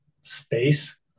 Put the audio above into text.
space